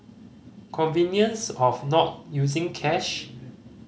convenience of not using cash